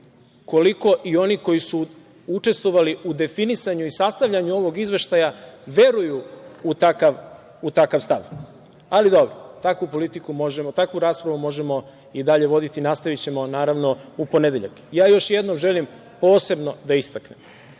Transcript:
koliko i oni koji su učestvovali u definisanju i sastavljanju ovog izveštaja veruju u takav stav, ali dobro. Takvu raspravu možemo i dalje voditi. Nastavićemo naravno u ponedeljak. Još jednom želim posebno da istaknem,